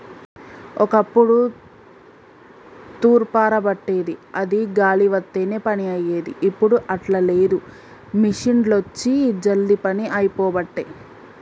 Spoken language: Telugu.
ఒక్కప్పుడు తూర్పార బట్టేది అది గాలి వత్తనే పని అయ్యేది, ఇప్పుడు అట్లా లేదు మిషిండ్లొచ్చి జల్దీ పని అయిపోబట్టే